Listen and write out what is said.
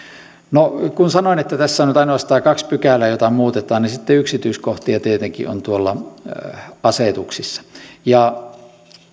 no kun sanoin että tässä on nyt ainoastaan kaksi pykälää joita muutetaan niin sitten yksityiskohtia tietenkin on tuolla asetuksissa ja